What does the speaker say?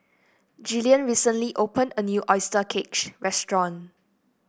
Jillian recently opened a new oyster restaurant